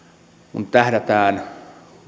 kun tähdätään